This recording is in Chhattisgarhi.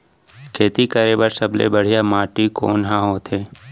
खेती करे बर सबले बढ़िया माटी कोन हा होथे?